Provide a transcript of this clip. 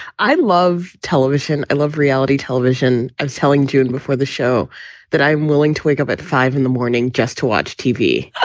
i love television. i love reality television. i'm telling you and before the show that i'm willing to wake up at five zero in the morning just to watch tv, ah